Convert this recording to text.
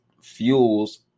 fuels